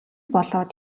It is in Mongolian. болоод